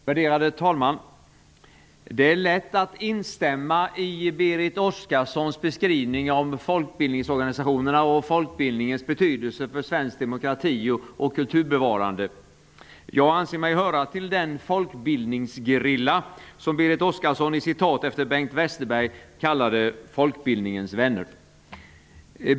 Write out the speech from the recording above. Värderade talman! Det är lätt att instämma i Berit Oscarssons beskrivning av folkbildningsorganisationerna och av folkbildningens betydelse för svensk demokrati och kulturbevarande. Jag anser mig höra till den folkbildningsgerilla som Berit Oscarsson i citat efter Bengt Westerberg kallade folkbildningens vänner för.